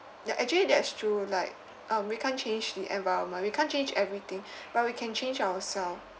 ya actually that's true like um we can't change the environment we can't change everything but we can change ourselves